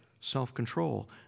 self-control